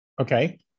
Okay